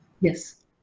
Yes